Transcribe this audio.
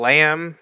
Lamb